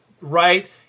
right